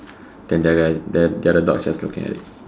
then the other guy the other dog just looking at it